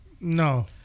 No